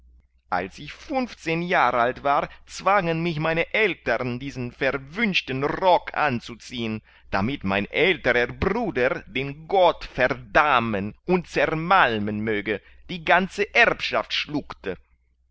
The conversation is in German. als ich funfzehn jahr alt war zwangen mich meine aeltern diesen verwünschten rock anzuziehen damit mein älterer bruder den gott verdammen und zermalmen möge die ganze erbschaft schluckte